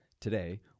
Today